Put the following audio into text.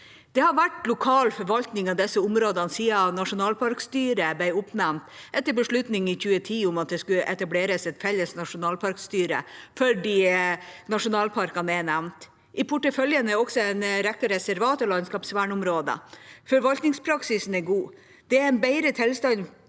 Det har vært lokal forvaltning av disse områdene siden nasjonalparkstyret ble oppnevnt etter beslutning i 2010 om at det skulle etableres et felles nasjonalparkstyre for de nasjonalparkene jeg nevnte. I porteføljen er også en rekke reservat og landskapsvernområder. Forvaltningspraksisen er god. Det er en bedre tilstand